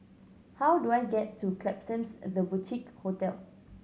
how do I get to Klapsons The Boutique Hotel